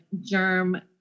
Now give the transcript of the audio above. germ